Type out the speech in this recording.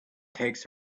takes